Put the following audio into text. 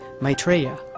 Maitreya